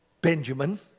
Benjamin